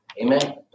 Amen